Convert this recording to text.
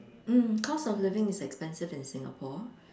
mm cost of living is expensive in Singapore